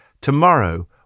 Tomorrow